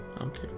Okay